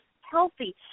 healthy